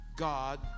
God